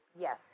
Yes